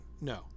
No